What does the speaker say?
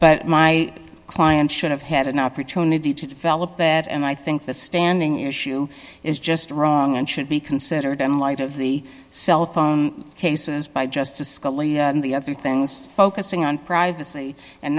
but my client should have had an opportunity to develop that and i think the standing issue is just wrong and should be considered in light of the cell phone cases by justice scalia and the other things focusing on privacy and